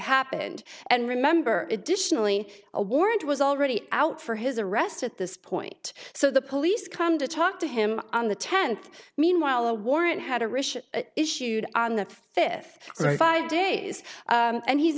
happened and remember edition only a warrant was already out for his arrest at this point so the police come to talk to him on the tenth meanwhile a warrant had a rich issued on the fifth so five days and he's